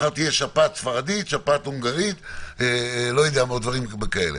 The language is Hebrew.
מחר תהיה שפעת ספרדית, שפעת הונגרית ודברים כאלה.